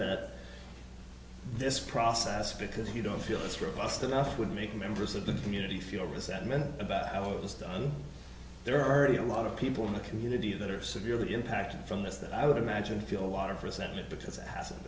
that this process because you don't feel it's robust enough would make members of the community feel resentment about how it was done there already a lot of people in the community that are severely impacted from this that i would imagine feel a lot of resentment because it hasn't